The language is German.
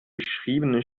beschriebene